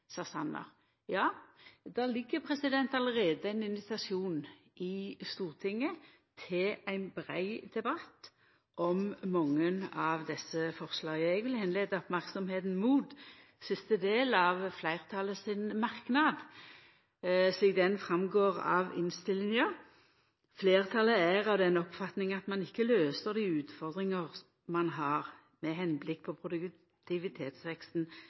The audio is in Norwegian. invitasjon i Stortinget til ein brei debatt om mange av desse forslaga. Eg vil gjera merksam på den siste delen av fleirtalet sin merknad, slik han framgår av innstillinga: «Flertallet er av den oppfatning at man ikke løser de utfordringer man har med henblikk på produktivitetsveksten